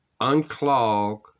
unclog